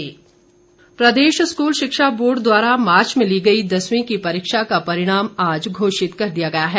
परिणाम प्रदेश स्कूल शिक्षा बोर्ड द्वारा मार्च में ली गई दसवीं की परीक्षा का परिणाम आज घोषित कर दिया गया है